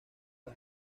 las